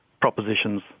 propositions